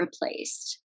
replaced